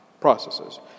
processes